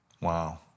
Wow